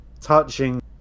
touching